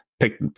Pick